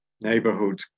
neighborhood